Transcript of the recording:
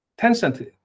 Tencent